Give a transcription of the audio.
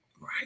right